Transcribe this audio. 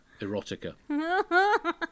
erotica